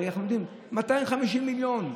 250 מיליון.